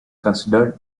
considered